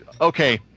okay